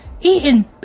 Eating